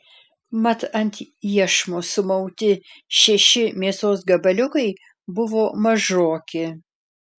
mat ant iešmo sumauti šeši mėsos gabaliukai buvo mažoki